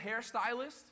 hairstylist